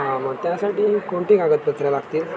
मग त्यासाठी कोणती कागदपत्रे लागतील